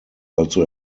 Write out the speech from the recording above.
allzu